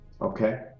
Okay